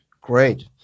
great